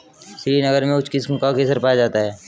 श्रीनगर में उच्च किस्म का केसर पाया जाता है